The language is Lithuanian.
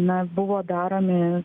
na buvo daromi